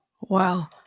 Wow